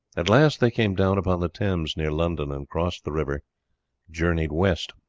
at last they came down upon the thames near london, and crossing the river journeyed west.